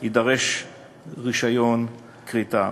יידרש רישיון כריתה,